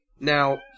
Now